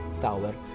tower